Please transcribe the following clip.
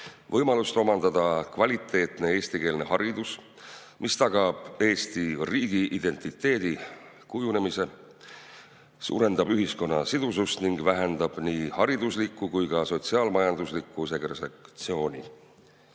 võimalust omandada kvaliteetne eestikeelne haridus, mis tagab Eesti riigi identiteedi kujunemise, suurendab ühiskonna sidusust ning vähendab nii hariduslikku kui ka sotsiaal-majanduslikku segregatsiooni.